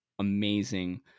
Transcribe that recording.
amazing